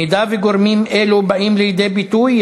אם גורמים אלו באים לידי ביטוי,